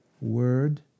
word